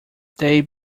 they